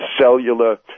cellular